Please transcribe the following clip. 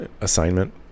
assignment